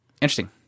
Interesting